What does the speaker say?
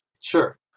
Sure